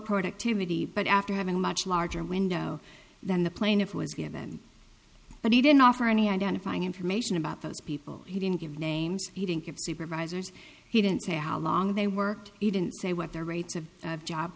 productivity but after having a much larger window than the plaintiff was given but he didn't offer any identifying information about those people he didn't give names he didn't give supervisors he didn't say how long they worked he didn't say what their rates of